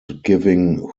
giving